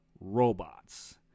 robots